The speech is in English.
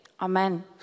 Amen